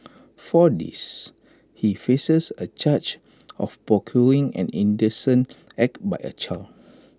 for this he faces A charge of procuring an indecent act by A child